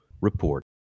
report